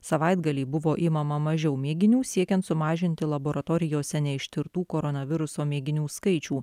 savaitgalį buvo imama mažiau mėginių siekiant sumažinti laboratorijose neištirtų koronaviruso mėginių skaičių